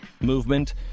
movement